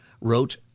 wrote